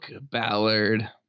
Ballard